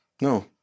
No